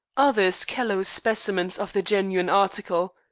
others callow specimens of the genuine article.